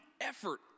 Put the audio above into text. effort